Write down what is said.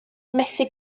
methu